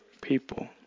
people